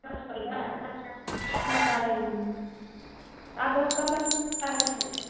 कम बता रहे हैं आप बहुत कम बता रहे हैं सेलरी